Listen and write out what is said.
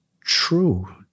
true